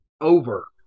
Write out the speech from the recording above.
over